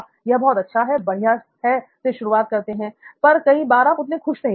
यह बहुत अच्छा है बढ़िया है" से शुरुआत करते हैं पर कई बार उतने खुश नहीं होते